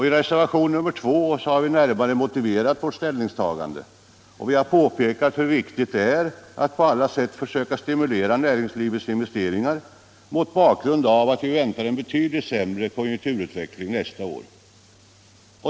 I reservationen 2 har vi närmare motiverat vårt ställningstagande och påpekat hur viktigt det är att på alla sätt försöka stimulera näringslivets investeringar mot bakgrund av att vi väntar en betydligt sämre konjunkturutveckling nästa år.